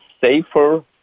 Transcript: safer